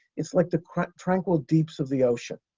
it's like the tranquil deeps of the ocean.